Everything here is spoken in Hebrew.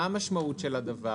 מה המשמעות של הדבר?